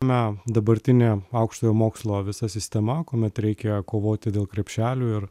na dabartinė aukštojo mokslo visa sistema kuomet reikia kovoti dėl krepšelių ir